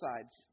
sides